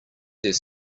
there